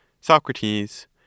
Socrates